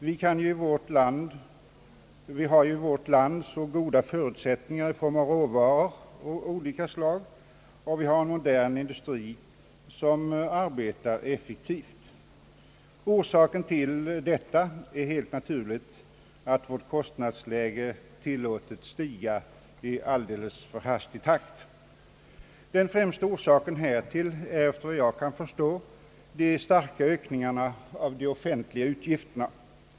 Vi har ju i vårt land goda förutsättningar i form av råvaror av olika slag och en modern industri som arbetar med effektivitet. Orsaken är helt naturligt att vårt kostnadsläge tilllåtits stiga i alltför hastig takt. Det främsta skälet härtill är, efter vad jag kan förstå, de starka ökningarna av de offentliga utgifterna.